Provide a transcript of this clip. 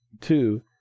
Two